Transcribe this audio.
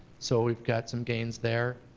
so we've got some gains there.